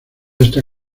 esta